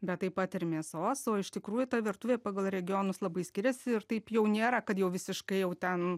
bet taip pat ir mėsos o iš tikrųjų ta virtuvė pagal regionus labai skiriasi ir taip jau nėra kad jau visiškai jau ten